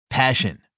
Passion